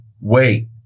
wait